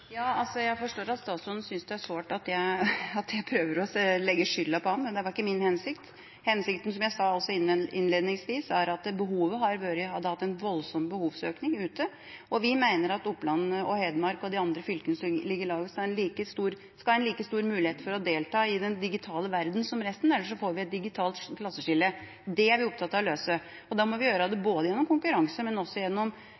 Jeg forstår at statsråden synes det er sårt at jeg prøver å legge skylda på ham, men det var ikke min hensikt. Hensikten, som jeg sa også innledningsvis, er at det har vært en voldsom behovsøkning ute, og vi mener at Oppland og Hedmark, og de andre fylkene som ligger lavest, skal ha en like stor mulighet for å delta i den digitale verdenen som resten, ellers får vi et digitalt klasseskille. Det er vi opptatt av å løse, og da må vi gjøre det både gjennom